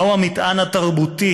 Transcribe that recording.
מהו המטען התרבותי